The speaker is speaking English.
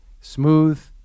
smooth